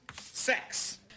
Sex